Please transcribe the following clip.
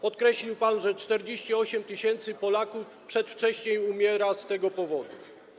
Podkreślił pan, że 48 tys. Polaków przedwcześnie umiera z tego powodu.